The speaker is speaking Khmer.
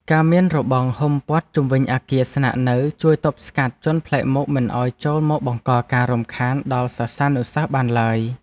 ការមានរបងហ៊ុមព័ទ្ធជុំវិញអគារស្នាក់នៅជួយទប់ស្កាត់ជនប្លែកមុខមិនឱ្យចូលមកបង្កការរំខានដល់សិស្សានុសិស្សបានឡើយ។